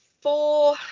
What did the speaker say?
Four